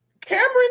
Cameron